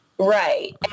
Right